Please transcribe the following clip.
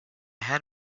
had